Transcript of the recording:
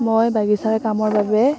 মই বাগিচাৰ কামৰ বাবে